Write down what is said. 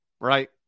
right